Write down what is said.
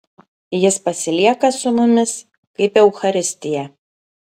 jis pasilieka su mumis kaip eucharistija